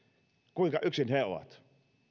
kuinka yksin he ovat